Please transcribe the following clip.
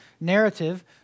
narrative